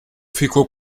ficou